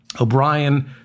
O'Brien